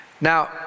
Now